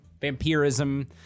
vampirism